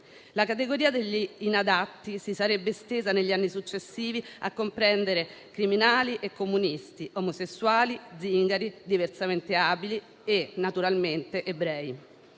La categoria degli inadatti si sarebbe estesa negli anni successivi, per comprendere criminali, comunisti, omosessuali, zingari, diversamente abili e, naturalmente, ebrei.